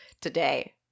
today